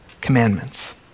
commandments